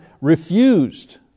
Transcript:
refused